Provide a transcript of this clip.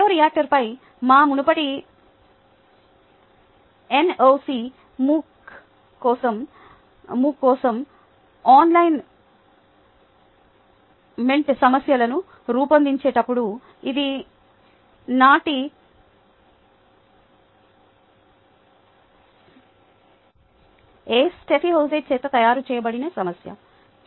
బయోరియాక్టర్లపై మా మునుపటి NOC MOOC కోసం అసైన్మెంట్ సమస్యలను రూపొందించేటప్పుడు ఇది నా టిఎ స్టెఫీ జోస్ చేత తయారు చేయబడిన సమస్య